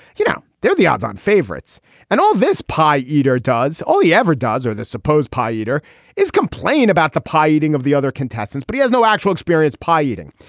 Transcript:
you know they're the odds on favorites and all this pie eater does all he ever does are the supposed pie eater is complain about the pie eating of the other contestants but he has no actual experience pie eating.